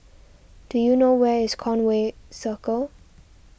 do you know where is Conway Circle